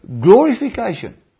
glorification